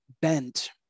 bent